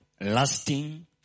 lasting